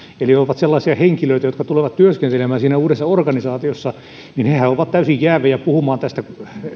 eli he ovat sellaisia henkilöitä jotka tulevat työskentelemään siinä uudessa organisaatiossa joten hehän ovat täysin jäävejä puhumaan tästä